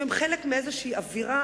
שהם חלק מאיזו אווירה,